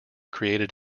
created